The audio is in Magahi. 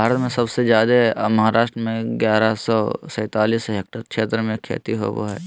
भारत में सबसे जादे महाराष्ट्र में ग्यारह सौ सैंतालीस हेक्टेयर क्षेत्र में खेती होवअ हई